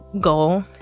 goal